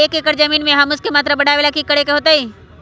एक एकड़ जमीन में ह्यूमस के मात्रा बढ़ावे ला की करे के होतई?